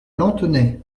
lanthenay